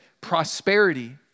prosperity